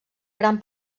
gran